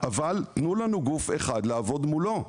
אבל תנו לנו גוף אחד לעבוד מולו.